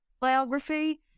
biography